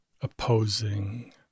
opposing